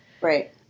Right